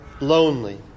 lonely